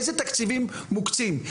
איזה תקציבים מוקצים,